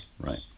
Right